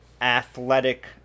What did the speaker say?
athletic